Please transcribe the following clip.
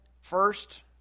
first